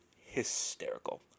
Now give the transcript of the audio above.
hysterical